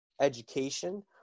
education